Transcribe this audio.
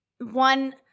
one